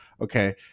okay